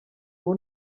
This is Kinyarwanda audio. ubu